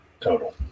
total